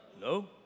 No